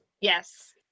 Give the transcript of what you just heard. Yes